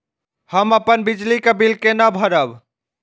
हम अपन बिजली के बिल केना भरब?